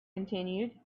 continued